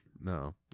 No